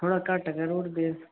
थोह्ड़ा घट्ट करी ओड़गे